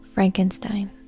Frankenstein